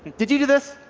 did you do this?